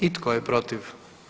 I tko je protiv?